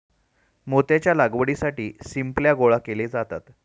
मोत्याच्या लागवडीसाठी शिंपल्या गोळा केले जातात